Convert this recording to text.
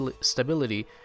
stability